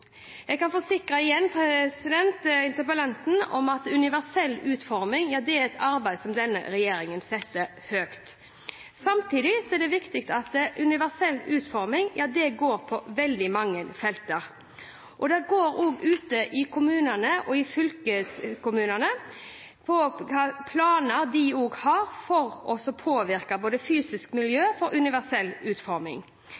Jeg kan igjen forsikre interpellanten om at universell utforming er et arbeid som denne regjeringen setter høyt. Samtidig er det viktig at universell utforming går på veldig mange felt – også ute i kommunene og fylkeskommunene, med tanke på hva slags planer de har for å påvirke fysisk